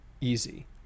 easy